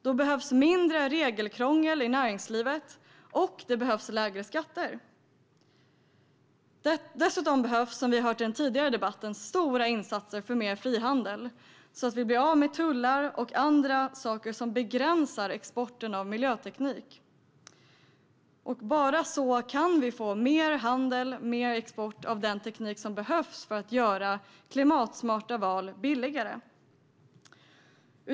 Då behövs mindre regelkrångel i näringslivet och lägre skatter. Dessutom behövs, vilket vi hörde i föregående debatt, stora insatser för mer frihandel så att vi blir av med tullar och annat som begränsar exporten av miljöteknik. Bara så kan vi få mer handel och mer export av den teknik som behövs för att göra klimatsmarta val billigare.